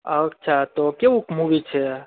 અચ્છા તો કેવુંક મુવી છે આ